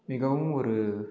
மிகவும் ஒரு